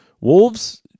Wolves